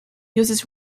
uses